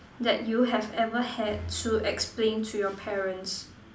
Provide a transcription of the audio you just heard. that you have ever had to explain to your parents